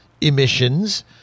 emissions